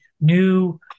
new